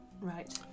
Right